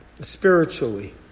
spiritually